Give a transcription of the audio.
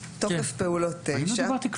תוקף פעולות9.